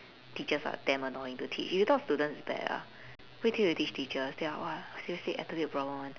teachers are damn annoying to teach you thought students is bad ah wait till you teach teachers they are !walao! seriously attitude problem [one]